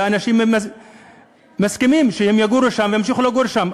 והאנשים מסכימים שהם יגורו שם וימשיכו לגור שם.